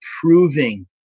proving